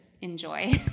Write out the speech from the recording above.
enjoy